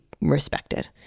respected